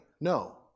No